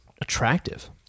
attractive